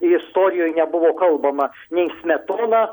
istorijoj nebuvo kalbama nei smetona